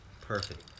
perfect